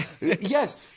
Yes